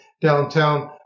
downtown